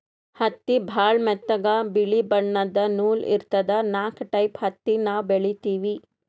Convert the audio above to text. ಹತ್ತಿ ಭಾಳ್ ಮೆತ್ತಗ ಬಿಳಿ ಬಣ್ಣದ್ ನೂಲ್ ಇರ್ತದ ನಾಕ್ ಟೈಪ್ ಹತ್ತಿ ನಾವ್ ಬೆಳಿತೀವಿ